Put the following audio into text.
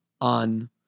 on